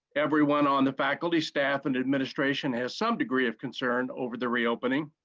everyone on the faculty staff and administration has some degree of concern over the reopening.